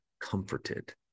comforted